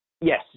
Yes